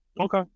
okay